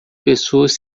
pessoas